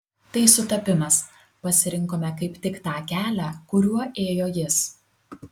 tai sutapimas pasirinkome kaip tik tą kelią kuriuo ėjo jis